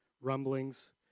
rumblings